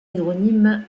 hydronyme